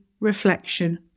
reflection